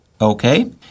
okay